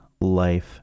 life